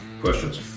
questions